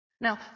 Now